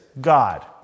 God